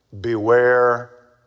beware